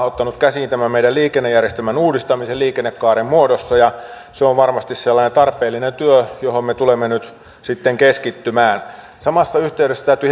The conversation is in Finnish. ottanut käsiin tämän meidän liikennejärjestelmän uudistamisen liikennekaaren muodossa se on varmasti sellainen tarpeellinen työ johon me tulemme nyt sitten keskittymään samassa yhteydessä täytyy